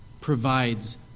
provides